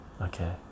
okay